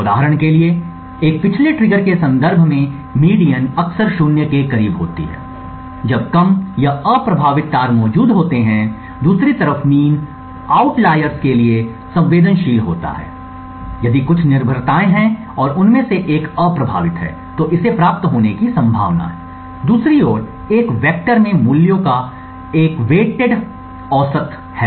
उदाहरण के लिए एक पिछले ट्रिगर के संदर्भ में मीडियन अक्सर शून्य के करीब होती है जब कम या अप्रभावित तार मौजूद होते हैं दूसरी तरफ मीन आउटलेर्स के लिए संवेदनशील होता है यदि कुछ निर्भरताएं हैं और उनमें से एक अप्रभावित है तो इसे प्राप्त होने की संभावना है दूसरी ओर एक वेक्टर में मूल्यों का एक भारित औसत है